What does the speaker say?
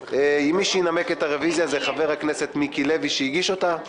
חבר הכנסת מיקי לוי שהגיש את הרביזיה ינמק אותה.